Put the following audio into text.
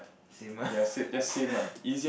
same ah